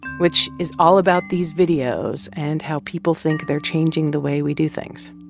which is all about these videos and how people think they're changing the way we do things